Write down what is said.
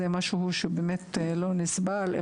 זה משהו שהוא באמת לא נסבל,